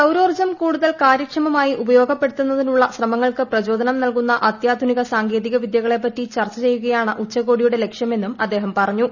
സൌരോർജം കൂടുതൽ കാര്യക്ഷമ്മായി ഉപയോഗപ്പെടുത്തുന്നതിനുള്ള ശ്രമങ്ങൾക്കക് പ്രചോദ്നീം നൽകുന്ന അത്യാധുനിക സാങ്കേതിക വിദ്യകളെപറ്റി ചർച്ച ചെയ്യുകയാണ് ഉച്ചകോടിയുടെ ലക്ഷ്യമെന്ന് അദ്ദേഹം പറഞ്ഞു